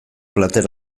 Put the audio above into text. plater